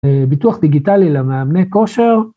ביטוח דיגיטלי למאמני כושר.